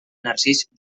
narcís